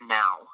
now